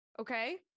okay